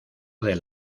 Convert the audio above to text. del